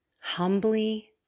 humbly